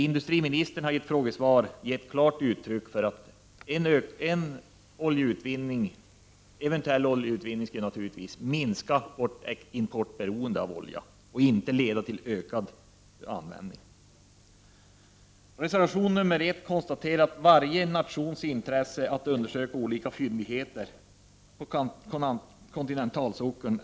Industriministern har i ett frågesvar gett klart uttryck för att en eventuell oljeutvinning skulle minska vårt importberoende av olja och inte leda till ökad användning. I reservation 1 konstaterar man att det är i varje nations intresse att undersöka olika fyndigheter på kontinentalsockeln.